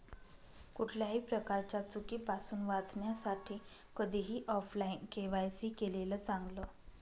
कुठल्याही प्रकारच्या चुकीपासुन वाचण्यासाठी कधीही ऑफलाइन के.वाय.सी केलेलं चांगल